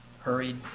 hurried